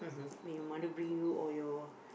when your mother bring you or your